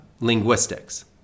linguistics